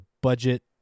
budget